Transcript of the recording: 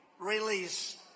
release